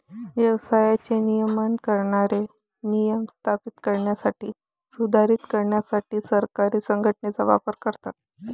व्यवसायाचे नियमन करणारे नियम स्थापित करण्यासाठी, सुधारित करण्यासाठी सरकारे संघटनेचा वापर करतात